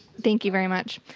thank you very much.